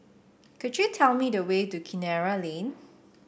could you tell me the way to Kinara Lane